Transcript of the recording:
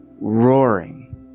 roaring